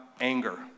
anger